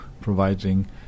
providing